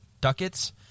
ducats